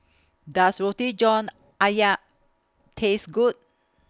Does Roti John Ayam Taste Good